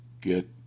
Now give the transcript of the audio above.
get